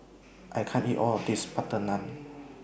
I can't eat All of This Butter Naan